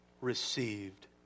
received